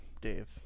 Dave